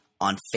on